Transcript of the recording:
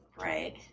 right